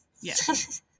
Yes